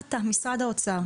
משרד האוצר,